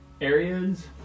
areas